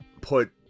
put